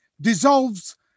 dissolves